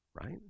right